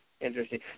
Interesting